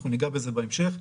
אנחנו ניגע בזה בהמשך.